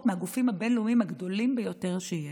מהגופים הבין-לאומיים הגדולים ביותר שיש.